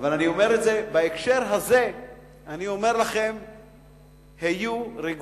אני אומר שבהקשר הזה היו רגועים,